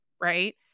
right